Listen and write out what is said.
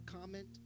comment